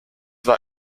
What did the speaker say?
war